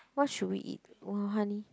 what should we eat Wild Honey